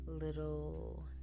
little